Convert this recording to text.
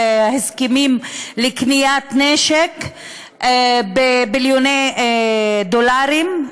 הסכמים לקניית נשק בביליוני דולרים,